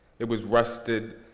it was rusted,